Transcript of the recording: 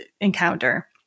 encounter